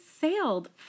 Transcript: sailed